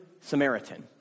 Samaritan